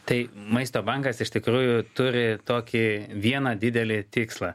tai maisto bankas iš tikrųjų turi tokį vieną didelį tikslą